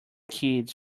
kids